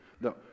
No